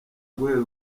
guhezwa